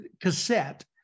cassette